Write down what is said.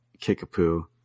Kickapoo